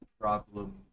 problem